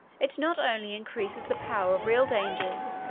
it not only increases the power of real dangers,